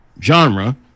genre